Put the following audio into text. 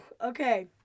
Okay